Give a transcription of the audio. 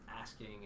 asking